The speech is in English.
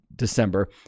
December